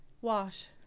Wash